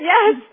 Yes